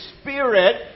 spirit